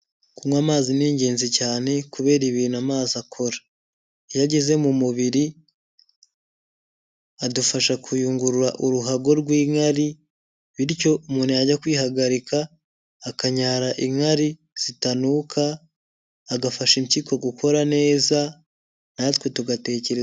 Kunywa amazi ni ingenzi cyane kubera ibintu amazi akora, iyo ageze mu mubiri adufasha kuyungurura uruhago rw'inkari bityo umuntu yajya kwihagarika akanyara inkari zitanuuka, agafasha impyiko gukora neza natwe tugatekereza.